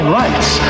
rights